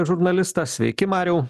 žurnalistassveiki mariau